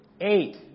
Eight